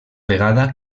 vegada